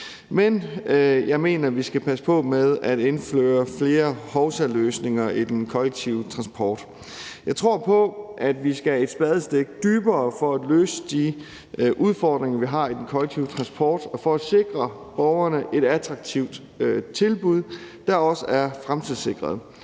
men jeg mener, vi skal passe på med at indføre flere hovsaløsninger i den kollektive transport. Jeg tror på, at vi skal et spadestik dybere for at løse de udfordringer, vi har i den kollektive transport, og for at sikre borgerne et attraktivt tilbud, der også er fremtidssikret.